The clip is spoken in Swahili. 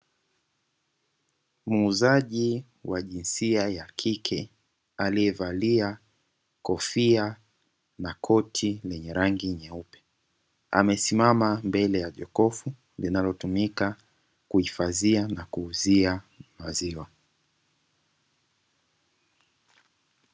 Muuzaji wa jinsia ya kike aliyevalia kofia na koti lenye rangi nyeupe, amesimama mbele ya jokofu linalotumika kuhifadhia na kuuzia maziwa.